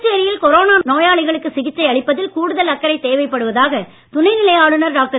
புதுச்சேரி யில் கொரோனா நோயாளிகளுக்கு சிகிச்சை அளிப்பதில் கூடுதல் அக்கறை தேவைப்படுவதாக துணைநிலை ஆளுனர் டாக்டர்